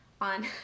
on